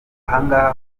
ahangaha